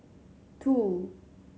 two